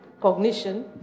cognition